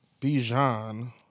Bijan